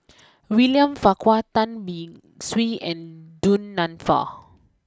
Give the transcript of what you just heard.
William Farquhar Tan Beng Swee and Du Nanfa